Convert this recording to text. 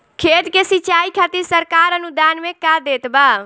खेत के सिचाई खातिर सरकार अनुदान में का देत बा?